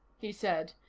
he said,